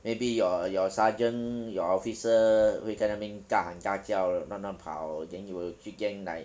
maybe your your sergeant your officer 会在那边干大叫慢慢跑 then you will treat them like